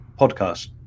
podcast